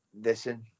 listen